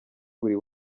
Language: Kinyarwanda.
buri